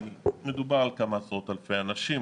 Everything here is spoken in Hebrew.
מדובר על כמה עשרות אלפי אנשים,